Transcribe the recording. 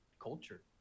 culture